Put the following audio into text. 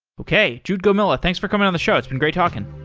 okay. jude gomila, thanks for coming on the show. it's been great talking.